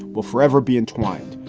will forever be entwined.